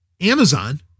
Amazon